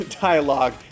dialogue